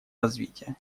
развития